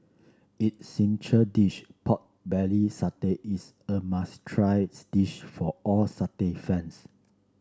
its dish pork belly is a must tries dish for all fans